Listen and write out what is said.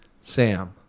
Sam